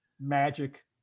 magic